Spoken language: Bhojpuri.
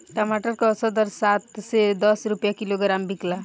टमाटर के औसत दर सात से दस रुपया किलोग्राम बिकला?